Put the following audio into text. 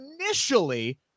initially